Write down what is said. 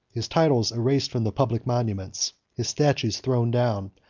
his titles erased from the public monuments, his statues thrown down,